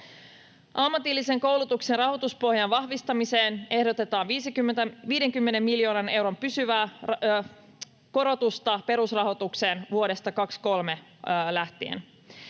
Ammatillisen koulutuksen rahoituspohjan vahvistamiseen ehdotetaan 50 miljoonan euron pysyvää korotusta perusrahoitukseen vuodesta 23 lähtien.